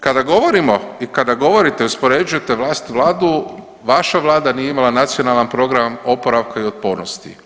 Kada govorimo i kada govorite i uspoređujete vlast i vladu vaša vlada nije imala nacionalan program oporavka i otpornosti.